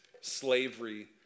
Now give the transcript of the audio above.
slavery